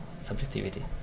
subjectivity